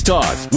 Talk